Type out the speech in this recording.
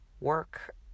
work